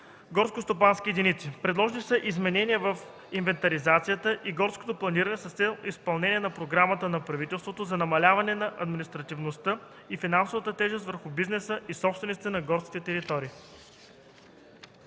горскостопански единици. Предложени са изменения в инвентаризацията и горското планиране с цел изпълнение на програмата на правителството за намаляване на административната и финансова тежест върху бизнеса и собствениците на горски територии.